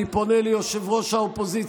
אני פונה לראש האופוזיציה,